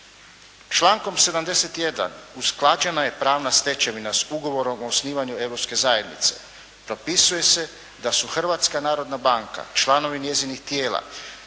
Člankom 71. usklađena je pravna stečevina s ugovorom o osnivanju Europske zajednice. Propisuje se da su Hrvatska narodna banka, članovi njezinih tijela,